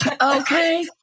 Okay